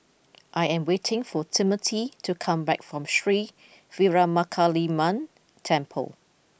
I am waiting for Timothy to come back from Sri Veeramakaliamman Temple